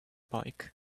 bike